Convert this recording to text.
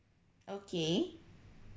okay